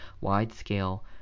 wide-scale